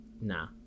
nah